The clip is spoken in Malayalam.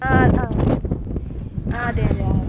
ആ ആ അതെ അതെ ആ